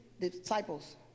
disciples